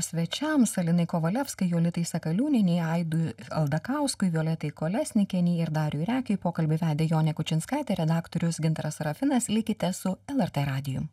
svečiams alinai kovalevskai jolitai sakaliūnienei aidui aldakauskui violetai kolesnikienei ir dariui rekiui pokalbį vedė jonė kučinskaitė redaktorius gintaras rafinas likite su lrt radiju